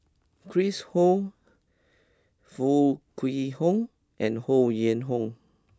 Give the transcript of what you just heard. Chris Ho Foo Kwee Horng and Ho Yuen Hoe